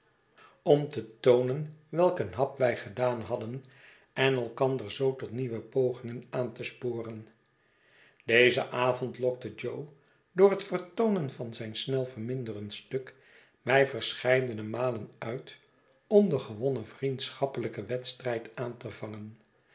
om te toonen welk een hap wij gedaan hadden en elkander zoo tot nieuwe pogingen aan te sporen dezen avond lokte jo door het vertoonen van zijn snel verminderend stuk mij verscheidene malen uit om den gewonen vriendschappelijken wedstrijd aan te vangen